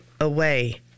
away